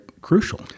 crucial